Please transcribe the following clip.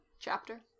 chapter